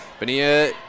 Benia